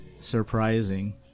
surprising